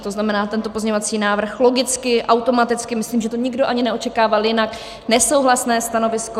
To znamená, tento pozměňovací návrh logicky, automaticky, myslím, že to nikdo ani neočekával jinak, nesouhlasné stanovisko.